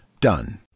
done